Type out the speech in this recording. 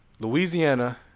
Louisiana